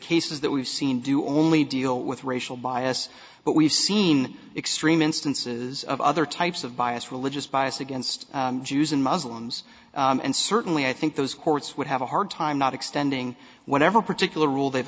cases that we've seen do only deal with racial bias but we've seen extreme instances of other types of bias religious bias against jews and muslims and certainly i think those courts would have a hard time not extending whatever particular rule they've